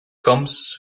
comes